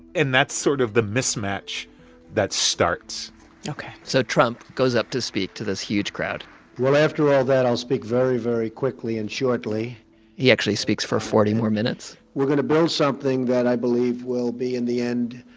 and that's sort of the mismatch that starts ok so trump goes up to speak to this huge crowd well, after all that, i'll speak very, very quickly and shortly he actually speaks for forty more minutes we're going to build something that i believe will be, in the end,